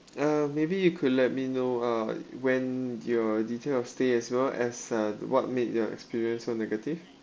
uh maybe you could let me know uh when your details of stay as well as uh what made your experience so negative